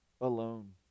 alone